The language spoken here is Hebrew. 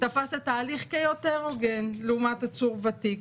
תפס את ההליך כיותר הוגן לעומת עצור ותיק.